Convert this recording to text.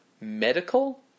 medical